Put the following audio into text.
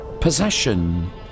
possession